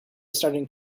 starting